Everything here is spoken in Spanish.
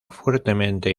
fuertemente